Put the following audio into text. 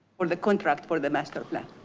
well, the contract for the master plan.